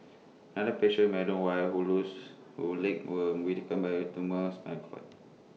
another patient Madam Y who loose who legs were weakened by A tumours and cord